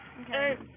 Okay